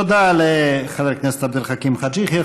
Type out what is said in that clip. תודה לחבר הכנסת עבד אל חכים חאג' יחיא.